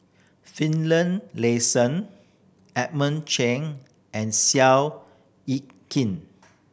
Edmund Chen and Seow Yit Kin